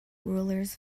rulers